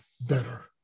better